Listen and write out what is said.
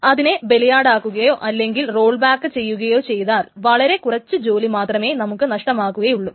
അതിനെ ബലിയാടാക്കുകയോ അല്ലെങ്കിൽ റോൾ ബാക്ക് ചെയ്യുകയോ ചെയ്താൽ വളരെ കുറച്ചു ജോലി മാത്രമേ നമുക്ക് നഷ്ടമാകുകയുള്ളു